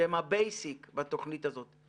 שהם הבייסיק בתוכנית הזאת,